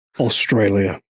Australia